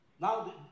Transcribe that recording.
Now